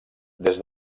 des